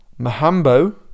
Mahambo